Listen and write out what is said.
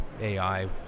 AI